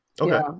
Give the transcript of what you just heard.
okay